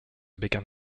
began